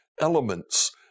elements